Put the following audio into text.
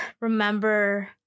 remember